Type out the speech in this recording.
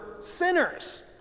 sinners